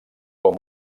com